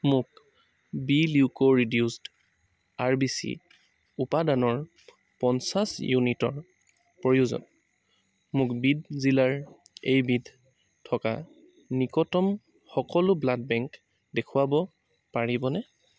মোক B leukoreduced R B C উপাদানৰ পঞ্চাছ ইউনিটৰ প্ৰয়োজন মোক বিদ জিলাৰ এইবিধ থকা নিকটতম সকলো ব্লাড বেংক দেখুৱাব পাৰিবনে